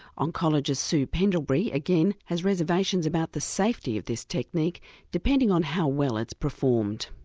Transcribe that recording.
oncologist sue pendlebury again has reservations about the safety of this technique depending on how well it's performed.